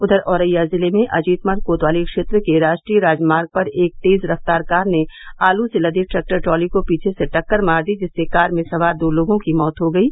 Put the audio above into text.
उधर औरैया जिले में अजीतमल कोतवाली क्षेत्र के राष्ट्रीय राजमार्ग पर एक तेज रफ्तार कार ने आलू से लदे ट्रैक्टर ट्राली को पीछे से टक्कर मार दी जिससे कार में सवार दो लोगों की मौत हो गयी